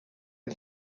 ein